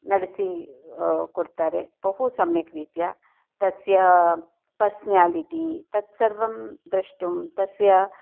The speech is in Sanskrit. नडसी कोड्तारे बहु सम्यक्रीत्या तस्य पर्स्नालिटी तत्सर्वं द्रष्टुं तस्य